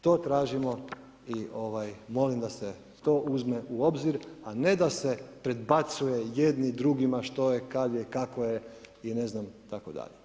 To tražimo i molim da se to uzme u obzir, a ne da se predbacuje jedni drugima što je, kad je, kako je, i ne znam, tako dalje.